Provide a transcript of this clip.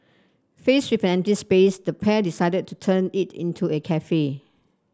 faced with an empty space the pair decided to turn it into a cafe